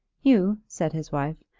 hugh, said his wife,